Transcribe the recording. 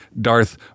Darth